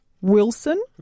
Wilson